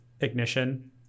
ignition